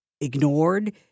ignored